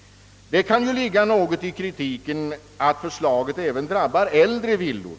Det kan ligga något i kritiken att förslaget även drabbar äldre villor.